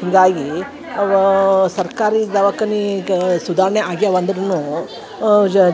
ಹಿಂಗಾಗಿ ಅವಾ ಸರ್ಕಾರಿ ದಾವಖಾನಿಗ ಸುಧಾರ್ಣೆ ಆಗ್ಯಾವ ಅಂದರೂನು